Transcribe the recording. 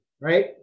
right